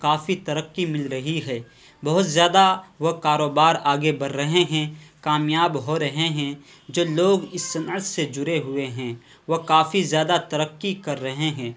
کافی ترقی مل رہی ہے بہت زیادہ وہ کاروبار آگے بڑھ رہے ہیں کامیاب ہو رہے ہیں جو لوگ اس صنعت سے جڑے ہوئے ہیں وہ کافی زیادہ ترقی کر رہے ہیں